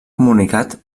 comunicat